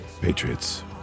patriots